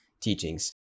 teachings